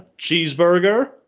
Cheeseburger